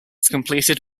completed